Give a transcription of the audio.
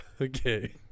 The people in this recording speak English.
Okay